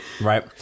Right